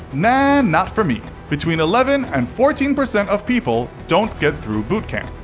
nah, not for me between eleven and fourteen percent of people don't get through boot camp.